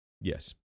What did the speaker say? yes